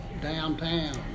Downtown